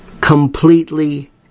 completely